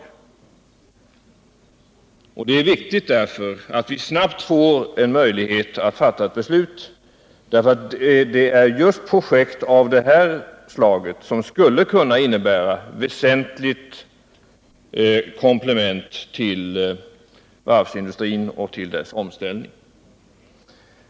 Det är därför viktigt att vi snabbt får möjlighet att fatta ett beslut, eftersom just projekt av det här slaget skulle kunna innebära ett väsentligt komplement till varvsindustrin vid dess omställning.